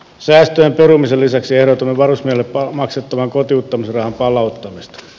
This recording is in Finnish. säästöjen perumisen lisäksi ehdotamme varusmiehille maksettavan kotiuttamisrahan palauttamista